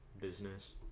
business